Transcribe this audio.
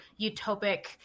utopic